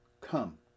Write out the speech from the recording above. come